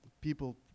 people